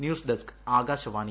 news desk Akashvani